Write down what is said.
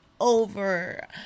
Over